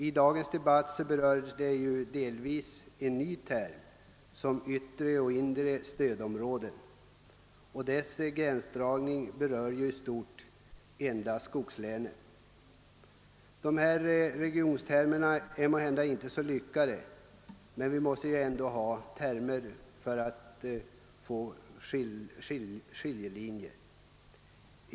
I dagens debatt förekommer också en ny term, yttre och inre stödområdet; gränsdragningen i det fallet berör i stort sett endast skogslänen. Dessa regiontermer är måhända inte så lyckade, men vi måste ändå ha termer för att få skiljelinjer.